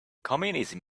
communism